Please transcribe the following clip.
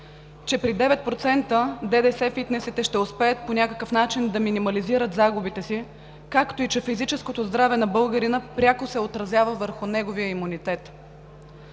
че при 9% ДДС фитнесите ще успеят по някакъв начин да минимализират загубите си, както и че физическото здраве на българина пряко се отразява върху неговия имунитет.